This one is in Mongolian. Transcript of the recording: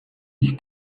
хийх